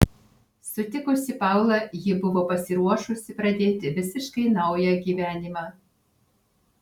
sutikusi paulą ji buvo pasiruošusi pradėti visiškai naują gyvenimą